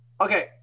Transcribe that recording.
Okay